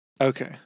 Okay